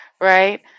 Right